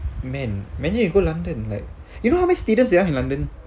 man many you go london like you know how many students you are in london